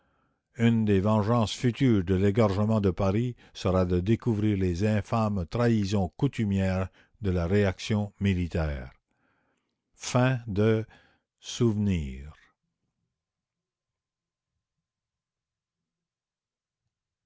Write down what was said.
une des vengeances futures de l'égorgement de paris sera de découvrir les infâmes trahisons coutumières de la réaction militaire